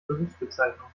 berufsbezeichnung